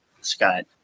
Scott